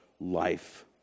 life